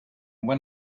when